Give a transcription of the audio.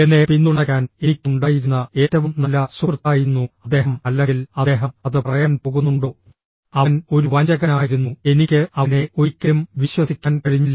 എന്നെ പിന്തുണയ്ക്കാൻ എനിക്ക് ഉണ്ടായിരുന്ന ഏറ്റവും നല്ല സുഹൃത്തായിരുന്നു അദ്ദേഹം അല്ലെങ്കിൽ അദ്ദേഹം അത് പറയാൻ പോകുന്നുണ്ടോ അവൻ ഒരു വഞ്ചകനായിരുന്നു എനിക്ക് അവനെ ഒരിക്കലും വിശ്വസിക്കാൻ കഴിഞ്ഞില്ല